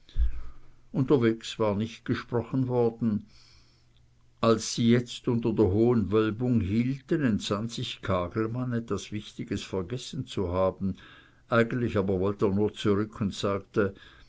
unterwegs war nicht gesprochen worden als sie jetzt unter der hohen wölbung hielten entsann sich kagelmann etwas wichtiges vergessen zu haben eigentlich aber wollt er nur zurück und sagte